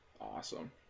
Awesome